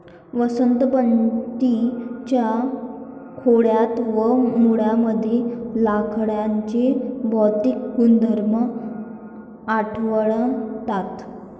वनस्पतीं च्या खोडात व मुळांमध्ये लाकडाचे भौतिक गुणधर्म आढळतात